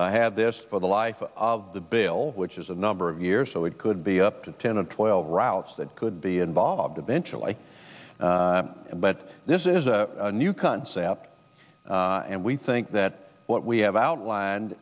will have this for the life of the bill which is a number of years so it could be up to ten and twelve routes that could be involved eventually but this is a new concept and we think that what we have outlined